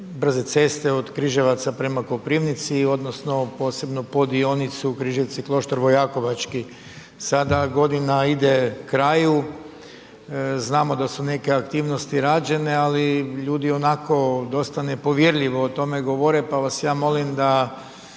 brze ceste od Križevaca prema Koprivnici, odnosno posebno po dionicu Križevci-Kloštar Vojakovački. Sada godina ide kraju, znamo da su neke aktivnosti rađene, ali ljudi onako dosta nepovjerljivo o tome govore pa vas ja molim da